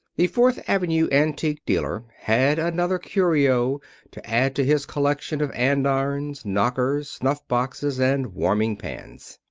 the fourth avenue antique dealer had another curio to add to his collection of andirons, knockers, snuff boxes and warming pans.